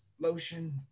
lotion